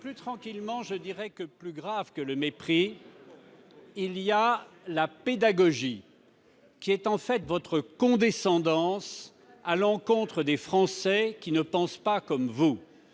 Plus tranquillement, je dirai que, plus grave que le mépris, il y a la pédagogie, qui est en fait votre condescendance à l'encontre des Français qui ne pensent pas comme vous.